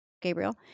Gabriel